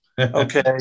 Okay